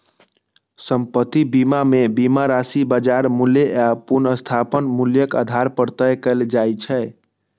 संपत्ति बीमा मे बीमा राशि बाजार मूल्य आ पुनर्स्थापन मूल्यक आधार पर तय कैल जाइ छै